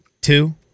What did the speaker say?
two